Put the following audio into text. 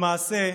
למעשה,